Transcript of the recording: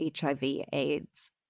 HIV/AIDS